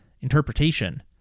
interpretation